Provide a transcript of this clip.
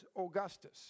Augustus